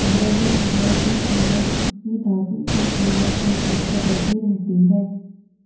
द्रव्य मुद्रा की कीमत उसकी धातु की कीमत के साथ बदलती रहती है